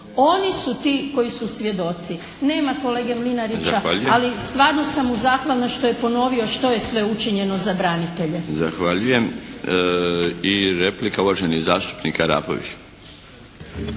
Oni su ti koji su svjedoci. Nema kolege Mlinarića ali stvarno sam mu zahvalna što je ponovio što je sve učinjeno za branitelje. **Milinović, Darko (HDZ)** Zahvaljujem. I replika uvaženi zastupnik Arapović.